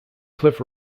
cliff